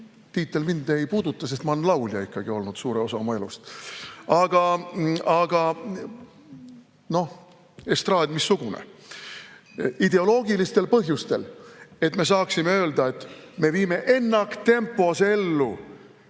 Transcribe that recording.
tiitel mind ei puuduta, sest ma olen olnud laulja ikkagi suure osa oma elust. Aga noh, estraad missugune! Ideoloogilised põhjused, et me saaksime öelda, et me viime ennaktempos ellu